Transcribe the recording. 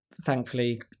thankfully